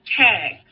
tag